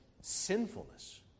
sinfulness